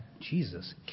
Jesus